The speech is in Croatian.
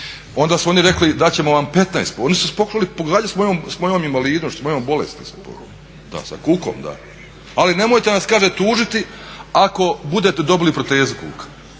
onda su oni rekli dati ćemo vam 15, oni su se počeli pogađati sa mojom invalidnošću, mojom bolesti, da sa kukom. Ali nemojte nas kaže tužiti ako budete dobili protezu kuka.